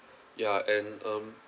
ya and um